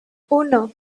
uno